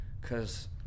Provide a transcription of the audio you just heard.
cause